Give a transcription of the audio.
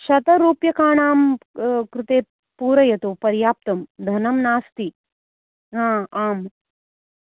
शतरूप्यकाणां कृते पूरयतु पर्याप्तं धनं नास्ति आम्